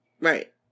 Right